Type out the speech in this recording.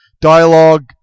dialogue